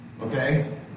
okay